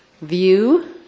view